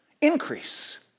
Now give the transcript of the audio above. increase